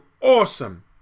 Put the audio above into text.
awesome